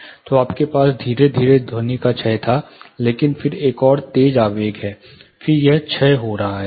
तो आपके पास धीरे धीरे ध्वनि का क्षय था लेकिन फिर एक और तेज आवेग है फिर यह क्षय हो रहा है